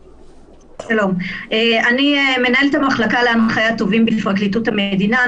אני מנהלת המחלקה להנחיית תובעים בפרקליטות המדינה.